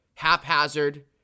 haphazard